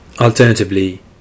Alternatively